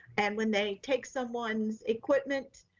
and when they take someone's equipment,